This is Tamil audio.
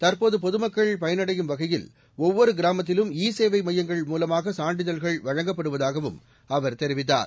தற்போது பொதுமக்கள் பயனடையும் வகையில் ஒவ்வொரு கிராமத்திலும் இ சேவை மையங்கள் மூலமாக சான்றிதழ்கள் வழங்கப்படுவதாகவும் அவர் தெரிவத்தார்